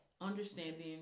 Understanding